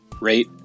rate